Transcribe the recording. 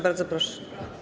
Bardzo proszę.